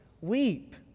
weep